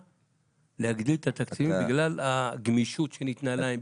להגדיל את התקציב בגלל הגמישות שניתנה להם,